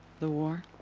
the war.